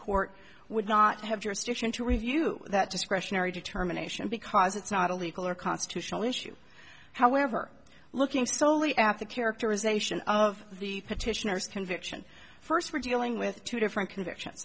court would not have jurisdiction to review that discretionary determination because it's not a legal or constitutional issue however looking solely at the characterization of the petitioners conviction first we're dealing with two different conviction